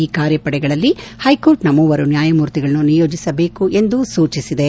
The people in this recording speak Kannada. ಈ ಕಾರ್ಯಪಡೆಗಳಲ್ಲಿ ಹೈಕೋರ್ಟ್ನ ಮೂವರು ನ್ನಾಯಮೂರ್ತಿಗಳನ್ನು ನಿಯೋಜಿಸಬೇಕು ಎಂದು ಸೂಚಿಸಿದೆ